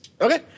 Okay